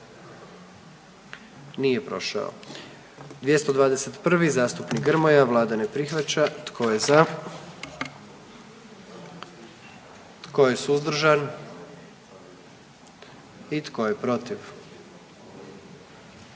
44. Kluba zastupnika SDP-a, vlada ne prihvaća. Tko je za? Tko je suzdržan? Tko je protiv?